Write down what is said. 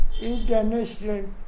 International